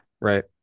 right